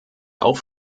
auch